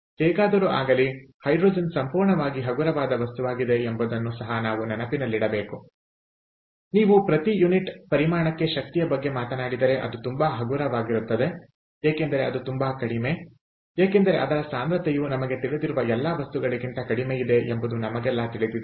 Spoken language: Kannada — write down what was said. ಹೇಗಾದರೂ ಆಗಲಿ ಹೈಡ್ರೋಜನ್ ಸಂಪೂರ್ಣವಾಗಿ ಹಗುರವಾದ ವಸ್ತುವಾಗಿದೆ ಎಂಬುದನ್ನು ಸಹ ನಾವು ನೆನಪಿನಲ್ಲಿಡಬೇಕು ಆದ್ದರಿಂದ ನೀವು ಪ್ರತಿ ಯೂನಿಟ್ ಪರಿಮಾಣಕ್ಕೆ ಶಕ್ತಿಯ ಬಗ್ಗೆ ಮಾತನಾಡಿದರೆ ಅದು ತುಂಬಾ ಹಗುರವಾಗಿರುತ್ತದೆ ಏಕೆಂದರೆ ಅದು ತುಂಬಾ ಕಡಿಮೆ ಏಕೆಂದರೆ ಅದರ ಸಾಂದ್ರತೆಯು ನಮಗೆ ತಿಳಿದಿರುವ ಎಲ್ಲಾ ವಸ್ತುಗಳಿಗಿಂತ ಕಡಿಮೆ ಇದೆ ಎಂಬುದು ನಮಗೆಲ್ಲ ತಿಳಿದಿದೆ